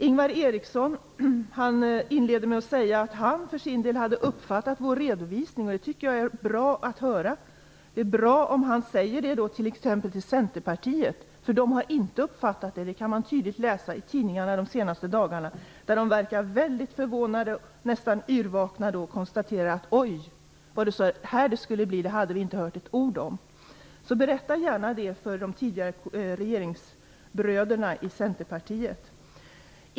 Ingvar Eriksson inledde med att säga att han för sin del hade uppfattat vår redovisning. Det var bra att få höra. Det är bra om han säger det till t.ex. Centerpartiet. De har inte uppfattat den. Det kan man läsa i tidningarna de senaste dagarna. De verkar mycket förvånade och nästa yrvakna när de konstaterar: Oj, var det så här det skulle bli. Det hade vi inte hört ett ord om. Berätta gärna detta för de tidigare regeringsbröderna i Centerpartiet!